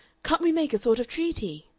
can't we make a sort of treaty?